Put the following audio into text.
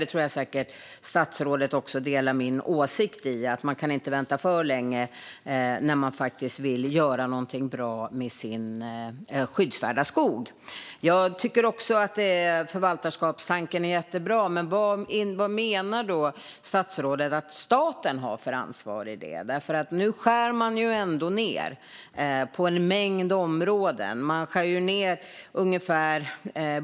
Jag tror säkert att statsrådet delar min åsikt att man inte kan vänta för länge när man vill göra någonting bra med sin skyddsvärda skog. Jag tycker också att förvaltarskapstanken är jättebra. Men vad menar då statsrådet att staten har för ansvar? Nu skär man ändå ned på en mängd områden.